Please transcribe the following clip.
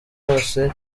hose